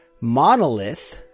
Monolith